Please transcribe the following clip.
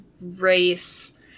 race